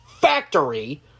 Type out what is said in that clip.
factory